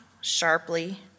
sharply